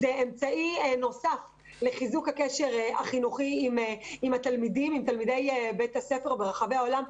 זה אמצעי נוסף לחיזוק הקשר החינוכי עם תלמידי בתי הספר ברחבי העולם,